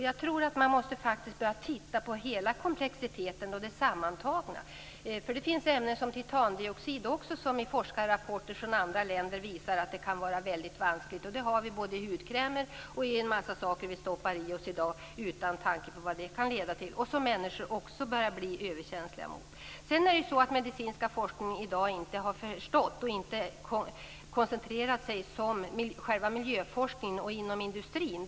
Jag tror att man faktiskt måste börja titta på hela komplexiteten och det sammantagna. Det finns ämnen, t.ex. titandioxid, som forskarrapporter från andra länder visar kan vara mycket vanskliga. Titandioxid finns både i hudkrämer och i en massa saker som vi stoppar i oss i dag utan tanke på vad det kan leda till. Människor börjar nu också bli överkänsliga mot det. Den medicinska forskningen i dag har inte förstått och inte koncentrerat sig på det som miljöforskningen och industrin har ägnat sig åt.